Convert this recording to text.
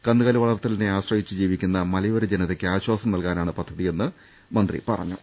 കന്നുകാലി വളർത്തലിനെ ആശ്രയിച്ച് ജീവിക്കുന്ന മലയോര ജനതക്ക് ആശ്വാസം നൽകാനാണ് പദ്ധതിയെന്ന് മന്ത്രി പറഞ്ഞു